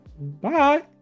Bye